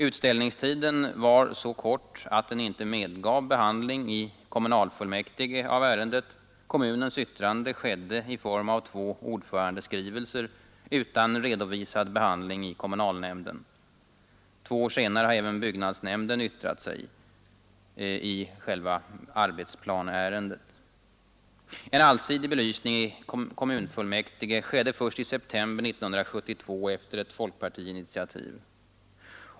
Utställningstiden var så kort att den inte medgav behandling i kommunalfullmäktige av ärendet. Kommunens yttrande skedde i form av två ordförandeskrivelser utan redovisad behandling i kommunalnämnden. Två år senare har även byggnadsnämnden yttrat sig — i själva arbetsplaneärendet. En allsidig belysning i kommunfullmäktige skedde först i september 1972 efter ett folkpartiinitiativ.